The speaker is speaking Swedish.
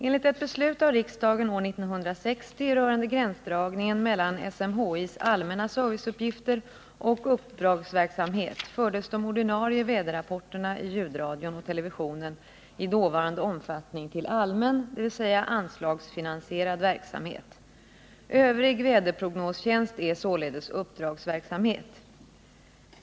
Enligt ett beslut av riksdagen år 1960 rörande gränsdragningen mellan SMHI:s allmänna serviceuppgifter och uppdragsverksamhet fördes de ordinarie väderrapporterna i ljudradion och televisionen i dåvarande omfattning till allmän, dvs. anslagsfinansierad, verksamhet. Övrig väderprognostjänst är således uppdragsverksamhet.